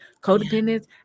codependence